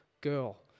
girl